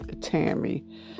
Tammy